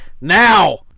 Now